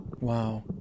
Wow